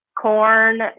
Corn